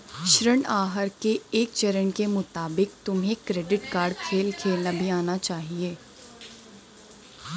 ऋण आहार के एक चरण के मुताबिक तुम्हें क्रेडिट कार्ड खेल खेलना भी आना चाहिए